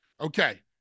Okay